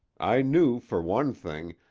i knew, for one thing,